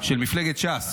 של מפלגת ש"ס.